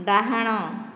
ଡାହାଣ